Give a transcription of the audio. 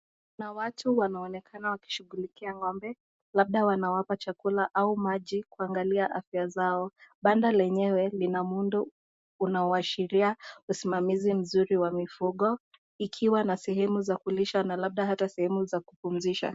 Kuna watu wanaonekana wakishughulikia ng'ombe. Labda wanawapa chakula au maji kuangalia afya zao. Banda lenyewe lina muundo unaoashiria usimamizi mzuri wa mifugo ikiwa na sehemu za kulisha na labda hata sehemu za kupumzisha.